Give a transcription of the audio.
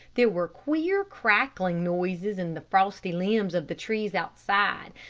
there were queer crackling noises in the frosty limbs of the trees outside,